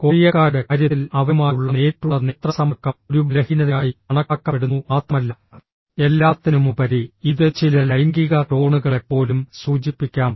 കൊറിയക്കാരുടെ കാര്യത്തിൽ അവരുമായുള്ള നേരിട്ടുള്ള നേത്ര സമ്പർക്കം ഒരു ബലഹീനതയായി കണക്കാക്കപ്പെടുന്നു മാത്രമല്ല എല്ലാത്തിനുമുപരി ഇത് ചില ലൈംഗിക ടോണുകളെ പോലും സൂചിപ്പിക്കാം